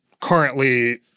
currently